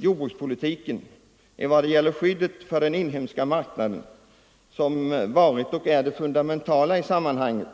Jordbrukspolitiken, evad det gäller skyddet för den inhemska marknaden som varit och är det fundamentala i sammanhanget,